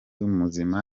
muzima